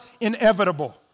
inevitable